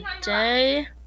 today